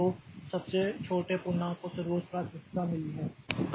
तो सबसे छोटे पूर्णांक को सर्वोच्च प्राथमिकता मिली है